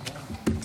בבקשה.